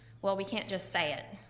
well, we can't just say it.